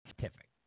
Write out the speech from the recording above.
scientific